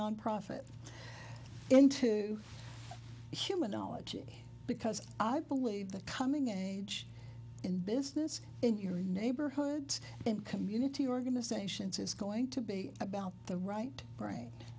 nonprofit into human knowledge because i believe the coming of age in business in your neighborhood and community organizations is going to be about the right